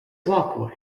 walkways